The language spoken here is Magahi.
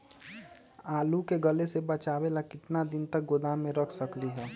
आलू के गले से बचाबे ला कितना दिन तक गोदाम में रख सकली ह?